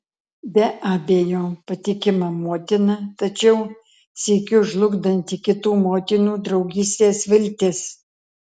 be abejo patikima motina tačiau sykiu žlugdanti kitų motinų draugystės viltis